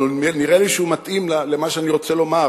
אבל נראה לי שהוא מתאים למה שאני רוצה לומר: